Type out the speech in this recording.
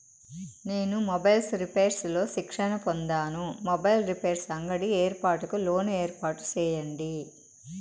నేను mobiles repairs లో శిక్షణ పొందాను, మొబైల్ రిపైర్స్ అంగడి ఏర్పాటుకు లోను ఏర్పాటు సేయండి?